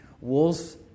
wolves